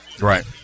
Right